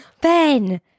Ben